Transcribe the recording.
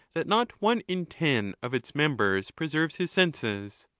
that not one in ten of its members preserves his senses?